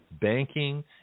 banking